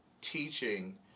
teaching